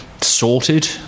sorted